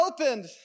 opened